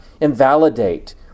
invalidate